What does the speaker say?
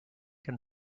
can